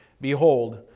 Behold